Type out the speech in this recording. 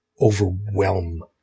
overwhelm